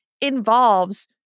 involves